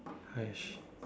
!hais!